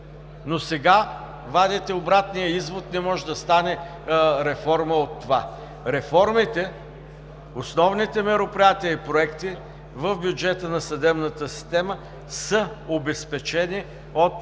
но сега вадите обратния извод, че не може да стане реформа от това. Реформите, основните мероприятия и проекти в бюджета на съдебната система, са обезпечени от